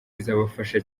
izabafasha